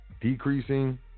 decreasing